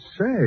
say